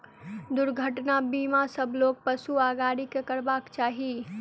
दुर्घटना बीमा सभ लोक, पशु आ गाड़ी के करयबाक चाही